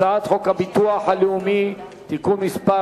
הצעת חוק הביטוח הלאומי (תיקון מס'